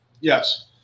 Yes